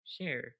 share